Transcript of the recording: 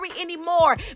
anymore